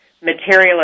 material